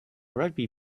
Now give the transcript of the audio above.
rugby